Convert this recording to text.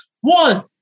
One